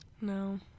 No